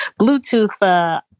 Bluetooth